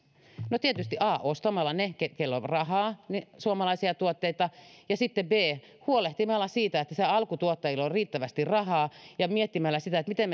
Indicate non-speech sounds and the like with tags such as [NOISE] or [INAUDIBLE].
no tietysti a ostamalla ne keillä on on rahaa suomalaisia tuotteita ja sitten b huolehtimalla siitä että niillä alkutuottajilla on riittävästi rahaa ja miettimällä sitä miten [UNINTELLIGIBLE]